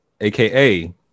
AKA